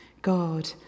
God